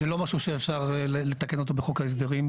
זה לא משהו שאפשר לתקן אותו בחוק ההסדרים.